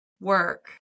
work